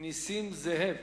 נסים זאב.